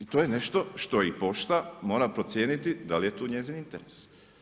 I to je nešto što i pošta mora procijeniti da li je tu njezin interes.